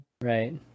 Right